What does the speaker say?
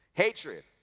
Hatred